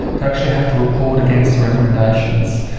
to actually have to report against the recommendations.